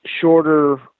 shorter